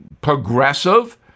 progressive